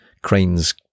crane's